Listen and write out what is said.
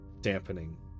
dampening